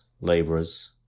labourers